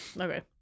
Okay